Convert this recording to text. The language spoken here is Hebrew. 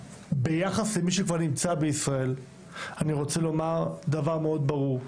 ביחס למי שכבר נמצא בישראל אני רוצה לומר דבר מאוד ברור.